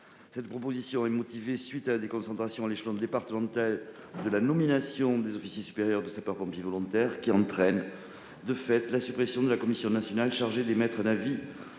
telle disposition est motivée par la concentration à l'échelon départemental de la nomination des officiers supérieurs de sapeurs-pompiers volontaires, qui entraîne de fait la suppression de la Commission nationale chargée d'émettre un avis